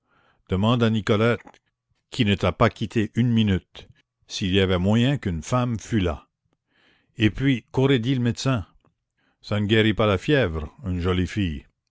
demande à nicolette qui ne t'a pas quitté une minute s'il y avait moyen qu'une femme fût là et puis qu'aurait dit le médecin ça ne guérit pas la fièvre une jolie fille